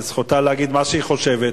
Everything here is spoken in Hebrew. וזכותה להגיד מה שהיא חושבת.